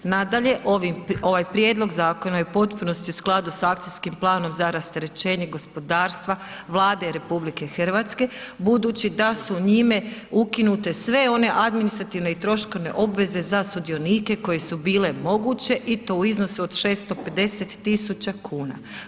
Nadalje, ovaj prijedlog zakona je u potpunosti u skladu s Akcijskim planom za rasterećenje gospodarstva Vlade RH budući da su njime ukinute sve one administrativne i troškovne obveze za sudionike koje su bile moguće i to u iznosu od 650.000 kuna.